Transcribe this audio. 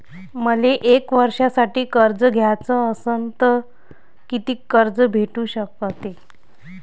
मले एक वर्षासाठी कर्ज घ्याचं असनं त कितीक कर्ज भेटू शकते?